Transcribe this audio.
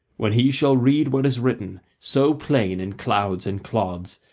when he shall read what is written so plain in clouds and clods,